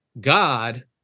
God